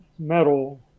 metal